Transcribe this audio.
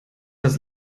das